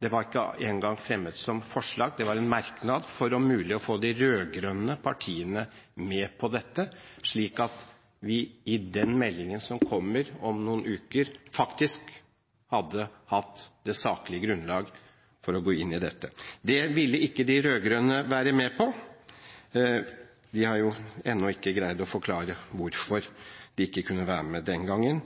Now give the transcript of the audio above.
Det var ikke engang fremmet som forslag. Det var en merknad skrevet for om mulig å få de rød-grønne partiene med på dette, slik at vi i forbindelse med den meldingen som kommer om noen uker, faktisk kunne hatt et saklig grunnlag for å gå inn i dette. Det ville ikke de rød-grønne bli med på. De har ennå ikke greid å forklare hvorfor de ikke kunne være med den gangen.